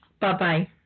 Bye-bye